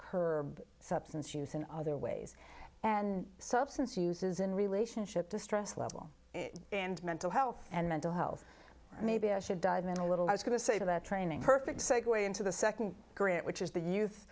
curb substance use in other ways and substance use is in relationship to stress level and mental health and mental health maybe i should die and then a little i was going to say to that training perfect segue into the nd grit which is the youth